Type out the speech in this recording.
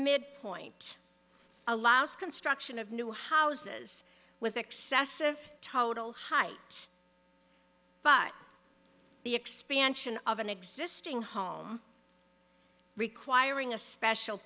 midpoint allows construction of new houses with excessive total height but the expansion of an existing home requiring a special